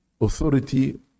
authority